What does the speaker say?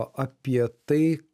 apie tai